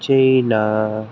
China